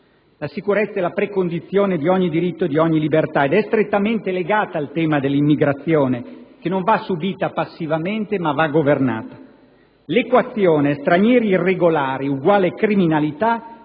La sicurezza è la precondizione di ogni diritto e di ogni libertà ed è strettamente legata al tema dell'immigrazione, che non va subita passivamente ma va governata. L'equazione stranieri irregolari uguale criminalità,